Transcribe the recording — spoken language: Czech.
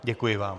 Děkuji vám.